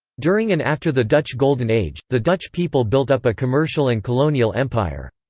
during and after the dutch golden age, the dutch people built up a commercial and colonial empire.